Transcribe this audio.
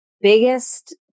biggest